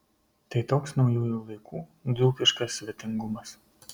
tai toks naujųjų laikų dzūkiškas svetingumas